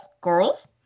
Girls